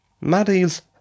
Maddie's